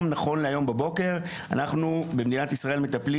נכון להבוקר אנחנו במדינת ישראל מטפלים